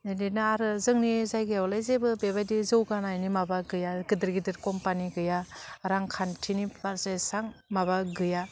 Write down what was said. बिदिनो आरो जोंनि जायगायावलाय जेबो बेबायदि जौगानायनि माबा गैया गिदिर गिदिर कम्पानि गैया रांखान्थिनि फारसे सां माबा गैया